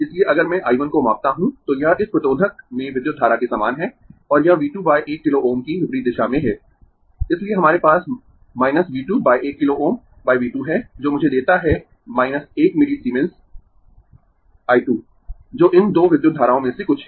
इसलिए अगर मैं I 1 को मापता हूं तो यह इस प्रतिरोधक में विद्युत धारा के समान है और यह V 21 किलो Ω की विपरीत दिशा में है इसलिए हमारे पास V 21 किलो Ω V 2 है जो मुझे देता है 1 मिलीसीमेंस I 2 जो इन 2 विद्युत धाराओं में से कुछ है